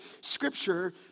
Scripture